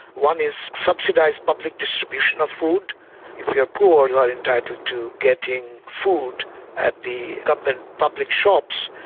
one is subsidised public distribution of food if you are poor entitled to getting food at the government public shops.